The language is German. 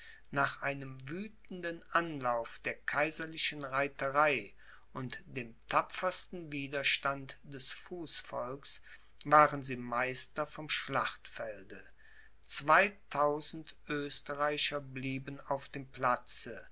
nach einem wüthenden anlauf der kaiserlichen reiterei und dem tapfersten widerstand des fußvolks waren sie meister vom schlachtfelde zweitausend oesterreicher blieben auf dem platze